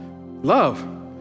Love